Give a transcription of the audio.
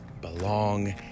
belong